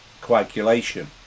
coagulation